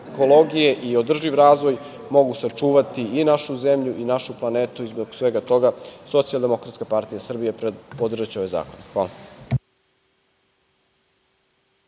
ekologije i održiv razvoj mogu sačuvati i našu zemlju i našu planetu. Zbog svega toga, Socijaldemokratska partija Srbije podržaće ove zakone. Hvala.